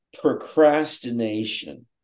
procrastination